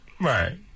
Right